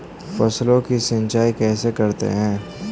फसलों की सिंचाई कैसे करते हैं?